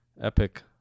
epic